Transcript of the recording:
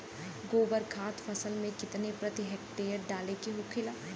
गोबर खाद फसल में कितना प्रति हेक्टेयर डाले के होखेला?